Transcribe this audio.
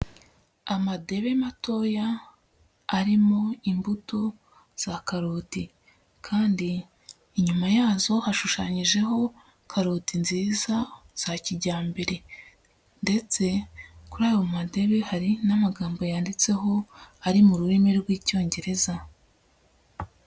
Amadebe matoya arimo imbuto za karoti kandi inyuma yazo hashushanyijeho karoti nziza za kijyambere ndetse kuri ayo madebe hari n'amagambo yanditseho ari mu rurimi rw'icyongereza.